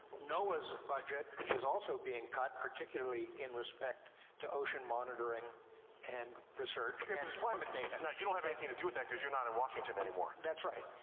noaa's budget is also being cut, particularly in respect to ocean monitoring and research and climate data. and now, you don't have anything to do with that, cuz you're not in washington anymore. that's right.